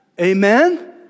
Amen